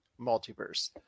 Multiverse